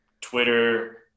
Twitter